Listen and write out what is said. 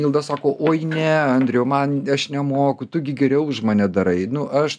milda sako oi ne andriau man aš nemoku tu gi geriau už mane darai nu aš